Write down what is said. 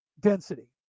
density